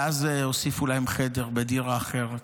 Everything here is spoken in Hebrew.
ואז הוסיפו להם חדר בדירה אחרת.